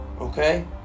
Okay